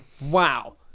Wow